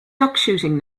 duckshooting